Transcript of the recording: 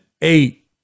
eight